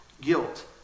Guilt